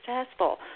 successful